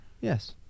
Yes